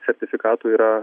sertifikatų yra